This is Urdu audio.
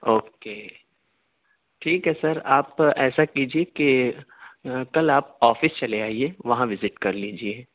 اوکے ٹھیک ہے سر آپ ایسا کیجیے کہ کل آپ آفس چلے آئیے وہاں وزٹ کرلیجیے